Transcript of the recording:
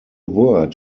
word